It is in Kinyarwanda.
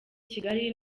kigali